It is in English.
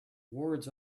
words